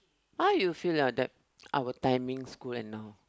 how you feel now that our time in school and now